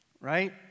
right